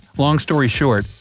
long story short,